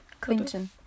Clinton